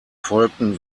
folgten